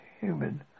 human